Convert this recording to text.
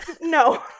no